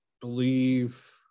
believe